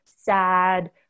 Sad